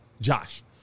Josh